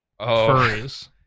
furries